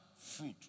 fruit